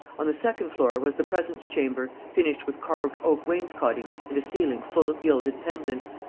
on the second floor was the presence chamber, finished with carved oak wainscoting and a ceiling full of gilded pendants.